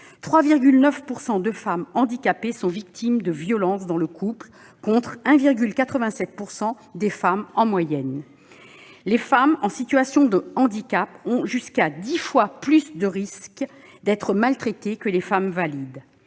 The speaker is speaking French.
3,9 % des femmes handicapées sont victimes de violence dans le couple, contre 1,87 % des femmes en moyenne. Les filles et les femmes en situation de handicap ont jusqu'à dix fois plus de risques d'être maltraitées que les femmes valides.